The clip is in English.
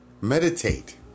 meditate